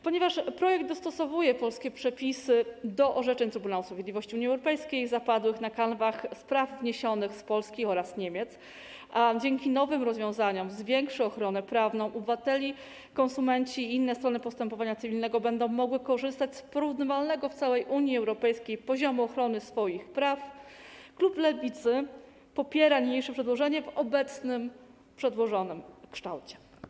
Ponieważ projekt dostosowuje polskie przepisy do orzeczeń Trybunału Sprawiedliwości Unii Europejskiej zapadłych na kanwach spraw wniesionych z Polski oraz Niemiec i dzięki nowym rozwiązaniom zwiększy ochronę prawną obywateli, a konsumenci i inne strony postępowania cywilnego będą mogli korzystać z porównywalnego w całej Unii Europejskiej poziomu ochrony swoich praw, klub Lewicy popiera niniejsze przedłożenie w obecnie przedłożonym kształcie.